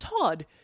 Todd